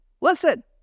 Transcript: Listen